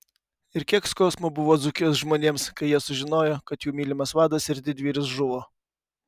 ir kiek skausmo buvo dzūkijos žmonėms kai jie sužinojo kad jų mylimas vadas ir didvyris žuvo